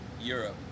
Europe